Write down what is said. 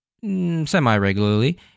semi-regularly